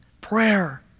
prayer